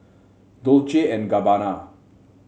Dolce and Gabbana